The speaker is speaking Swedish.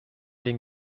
din